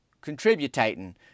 contributing